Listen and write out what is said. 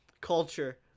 Culture